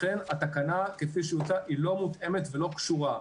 לכן התקנה כפי שהיא הוצעה היא לא מותאמת ולא קשורה.